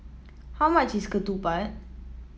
how much is ketupat